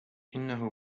إنه